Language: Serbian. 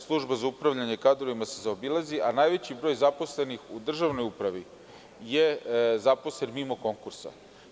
Služba za upravljanje kadrovima se zaobilazi, a najveći broj zaposlenih u državnoj upravi je zaposleno mimo konkursa.